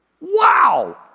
Wow